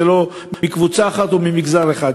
זה לא מקבוצה אחת או ממגזר אחד.